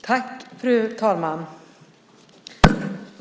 Fru talman!